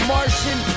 Martian